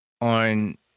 On